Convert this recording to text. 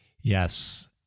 Yes